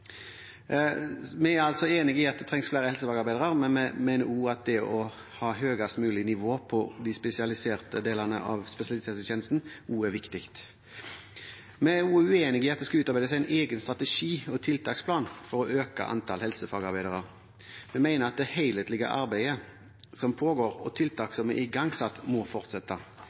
Vi er altså enig i at det trengs flere helsefagarbeidere, men vi mener også at det å ha høyest mulig nivå på de spesialiserte delene av spesialisthelsetjenesten er viktig. Vi er uenige i at det skal utvikles en egen strategi og tiltaksplan for å øke antall helsefagarbeidere. Vi mener at det helhetlige arbeidet som pågår, og tiltakene som er igangsatt, må fortsette.